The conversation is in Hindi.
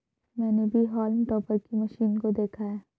मैंने भी हॉल्म टॉपर की मशीन को देखा है